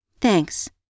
Thanks